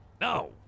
No